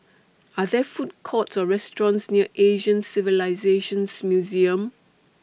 Are There Food Courts Or restaurants near Asian Civilisations Museum